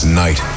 night